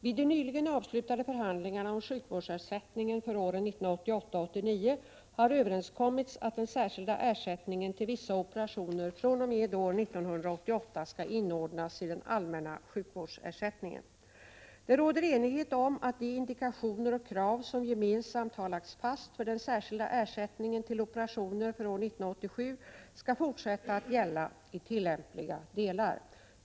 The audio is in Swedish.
Vid de nyligen avslutade förhandlingarna om sjukvårdsersättningen för åren 1988 och 1989 har överenskommits att den särskilda ersättningen till vissa operationer fr.o.m. år 1988 skall inordnas i den allmänna sjukvårdsersättningen. Det råder enighet om att de indikationer och krav som gemensamt har lagts fast för den särskilda ersättningen till operationer för år 1987 skall fortsätta att gälla i tillämpliga delar.